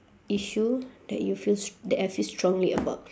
issue that you feel str~ that I feel strongly about